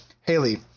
Haley